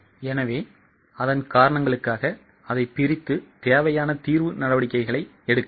எனவே அதன் காரணங்களுக்காக அதை பிரித்து தேவையான தீர்வு நடவடிக்கைகளை எடுக்கலாம்